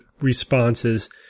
responses